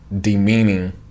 demeaning